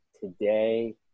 today